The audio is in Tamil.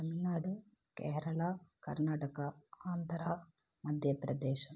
தமிழ்நாடு கேரளா கர்நாடகா ஆந்தரா மத்தியபிரதேஷ்